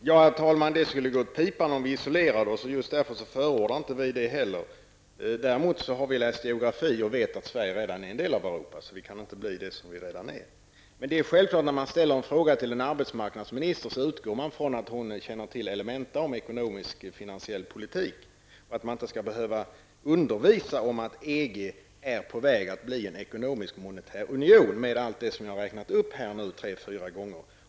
Herr talman! Det skulle gå åt pipan om vi isolerade oss. Just därför förordar vi inte heller det. Däremot har vi läst geografi och vet att Sverige redan är en del av Europa. Vi kan därför inte bli det som vi redan är. Men när man ställer en fråga till en arbetsmarknadsminister utgår man självfallet från att hon känner till elementa om ekonomiskfinansiell politik och att man inte skall behöva undervisa om att EG är på väg att bli en ekonomiskmonetär union, vilket innebär allt det som jag har räknat upp här tre fyra gånger.